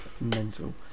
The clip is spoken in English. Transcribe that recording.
mental